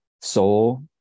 Soul